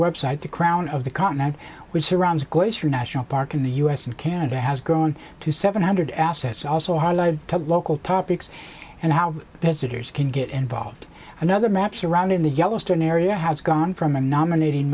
website the crown of the continent which surrounds glacier national park in the u s and canada has grown to seven hundred assets also highlighted to local topics and how visitors can get involved another map surrounding the yellowstone area has gone from a nominat